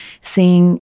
seeing